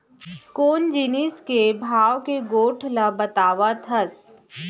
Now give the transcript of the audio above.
कोन जिनिस के भाव के गोठ ल बतावत हस?